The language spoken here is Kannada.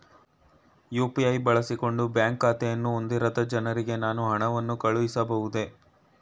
ಯು.ಪಿ.ಐ ಬಳಸಿಕೊಂಡು ಬ್ಯಾಂಕ್ ಖಾತೆಯನ್ನು ಹೊಂದಿರದ ಜನರಿಗೆ ನಾನು ಹಣವನ್ನು ಕಳುಹಿಸಬಹುದೇ?